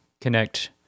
connect